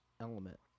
element